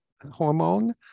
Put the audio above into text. hormone